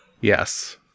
Yes